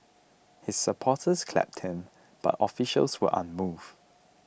his supporters clapped him but officials were unmoved